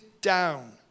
down